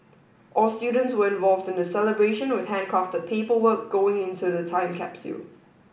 all students were involved in the celebration with handcrafted paperwork going into the time capsule